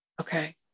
Okay